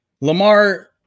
Lamar